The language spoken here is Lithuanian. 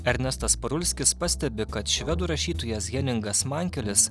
ernestas parulskis pastebi kad švedų rašytojas heningas mankelis